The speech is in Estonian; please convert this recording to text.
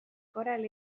korral